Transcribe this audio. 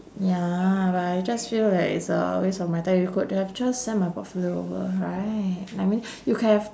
ya but I just feel like it's a waste of my time you could have just send my portfolio over right I mean you could have